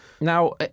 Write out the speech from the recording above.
Now